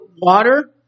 water